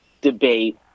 debate